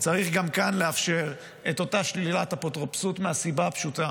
צריך גם כאן לאפשר את אותה שלילת אפוטרופסות מהסיבה הפשוטה: